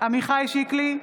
עמיחי שיקלי,